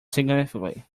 significantly